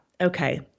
okay